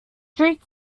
street